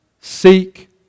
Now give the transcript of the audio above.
Seek